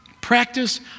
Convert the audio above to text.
Practice